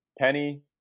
Penny